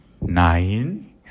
Nine